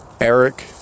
Eric